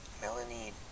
Melanie